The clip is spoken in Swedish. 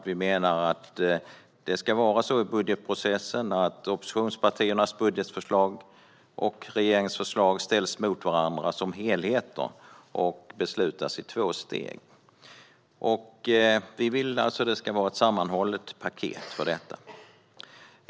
Vi menar att oppositionspartiernas och regeringens budgetförslag i budgetprocessen ska ställas mot varandra som helheter och beslutas i två steg. Vi vill alltså att det ska vara ett sammanhållet paket.